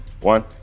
one